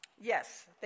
yes